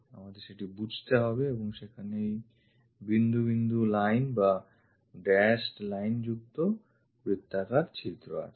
আমাদের সেটি বুঝতে হবে এবং সেখানে এই বিন্দু বিন্দু লাইন বাহ dashed lines যুক্ত বৃত্তাকার ছিদ্র আছে